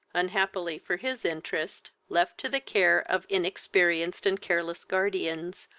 unhappily for his interest, left to the care of inexperienced and careless guardians,